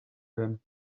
him